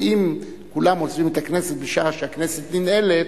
אם כולם עוזבים את הכנסת בשעה שהכנסת ננעלת,